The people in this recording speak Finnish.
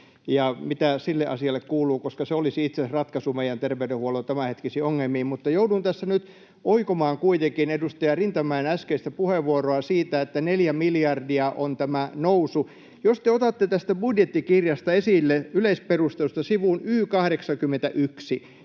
mitä sille asialle kuuluu, koska se olisi itse asiassa ratkaisu meidän terveydenhuollon tämänhetkisiin ongelmiin. Mutta joudun tässä nyt oikomaan kuitenkin edustaja Rintamäen äskeistä puheenvuoroa siitä, että 4 miljardia on tämä nousu. Jos te otatte tästä budjettikirjasta esille yleisperusteluista sivun Y 81,